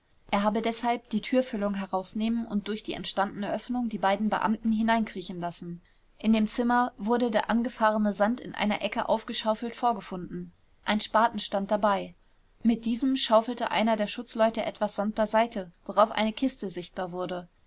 er habe deshalb die türfüllung herausnehmen und durch die entstandene öffnung die beiden beamten hineinkriechen lassen in dem zimmer wurde der angefahrene sand in einer ecke aufgeschaufelt vorgefunden ein spaten stand dabei mit diesem schaufelte einer der schutzleute etwas sand beiseite worauf eine kiste sichtbar wurde